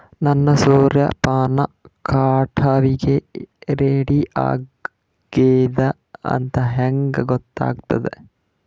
ನನ್ನ ಸೂರ್ಯಪಾನ ಕಟಾವಿಗೆ ರೆಡಿ ಆಗೇದ ಅಂತ ಹೆಂಗ ಗೊತ್ತಾಗುತ್ತೆ?